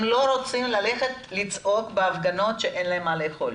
הם לא רוצים ללכת לצעוק בהפגנות שאין להם מה לאכול,